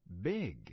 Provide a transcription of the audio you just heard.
Big